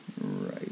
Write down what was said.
Right